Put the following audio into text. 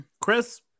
Chris